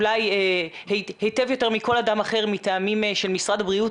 אולי היטב יותר מכל אדם אחר מטעמים של משרד הבריאות,